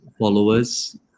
followers